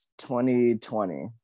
2020